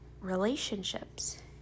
relationships